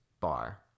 bar